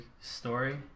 story